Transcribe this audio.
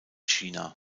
china